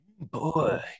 Boy